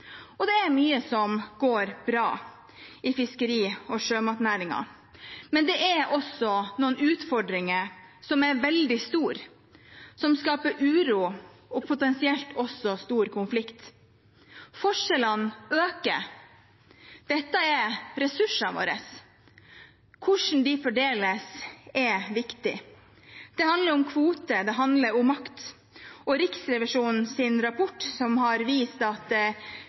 Det er mye som går bra i fiskeri- og sjømatnæringen, men det er også noen utfordringer som er veldig store, som skaper uro og potensielt også stor konflikt. Forskjellene øker. Dette er ressursene våre. Hvordan de fordeles, er viktig. Det handler om kvoter. Det handler om makt, og saken om Riksrevisjonens rapport, som har vist at